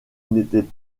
n’étaient